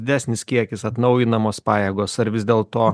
didesnis kiekis atnaujinamos pajėgos ar vis dėl to